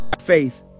faith